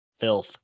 Filth